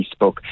Facebook